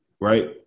right